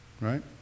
right